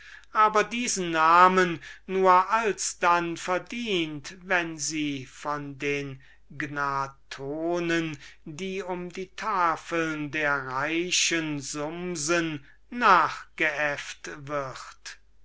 aber diesen namen nur alsdann verdient wenn sie von den gnathonen die um die tafeln der reichen sumsen nachgeäffet wird